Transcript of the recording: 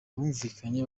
bumvikanye